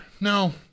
No